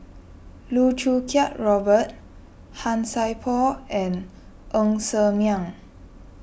Loh Choo Kiat Robert Han Sai Por and Ng Ser Miang